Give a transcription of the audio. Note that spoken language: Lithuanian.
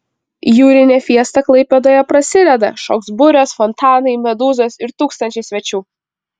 jūrinė fiesta klaipėdoje prasideda šoks burės fontanai medūzos ir tūkstančiai svečių